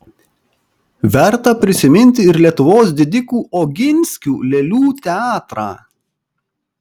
verta prisiminti ir lietuvos didikų oginskių lėlių teatrą